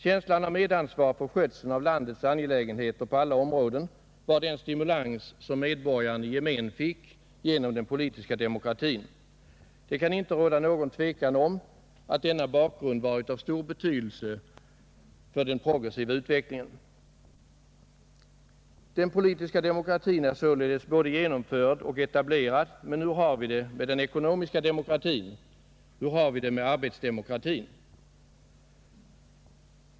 Känslan av medansvar för skötseln av landets angelägenheter på alla områden var den stimulans som medborgaren i gemen fick genom den politiska demokratin. Det kan inte råda någon tvekan om att denna bakgrund varit av stor betydelse för den progressiva utvecklingen. Den politiska demokratin är således både genomförd och etablerad. Men hur har vi det med den ekonomiska demokratin, hur har vi det med arbetsdemokratin?